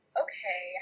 okay